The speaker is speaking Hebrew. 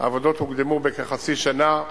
העבודות הוקדמו בכחצי שנה,